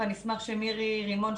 ומירי רימון,